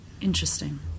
interesting